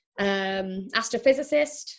Astrophysicist